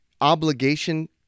obligation